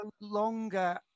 longer